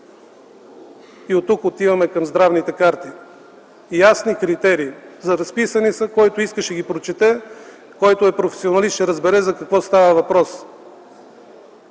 Оттук отиваме към здравните карти. Ясни критерии – записани са, който иска, ще ги прочете, който е професионалист, ще разбере за какво става въпрос.